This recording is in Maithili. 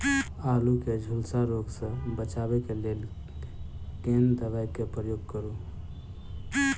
आलु केँ झुलसा रोग सऽ बचाब केँ लेल केँ दवा केँ प्रयोग करू?